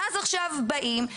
ואז עכשיו באים,